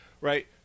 right